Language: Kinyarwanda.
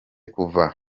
kuva